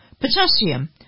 potassium